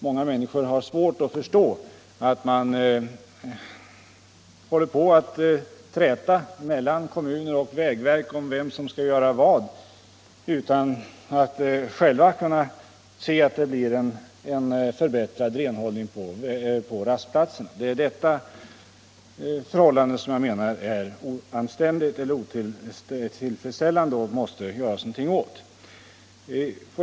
Många människor har svårt att förstå att kommuner och vägverk håller på att träta om vem som skall göra vad utan att det blir en förbättrad renhållning på rastplatserna. Det är detta förhållande jag menar är otillfredsställande och som det måste göras någonting åt.